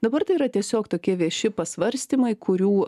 dabar tai yra tiesiog tokie vieši pasvarstymai kurių